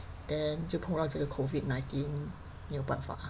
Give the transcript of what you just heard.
then 就碰到这个 COVID nineteen 没有办法